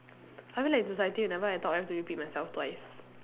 I mean like in society whenever I talk I have to repeat myself twice